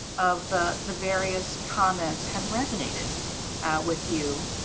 of the the various comments have resonated with you.